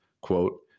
quote